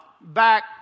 back